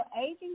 aging